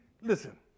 listen